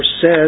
says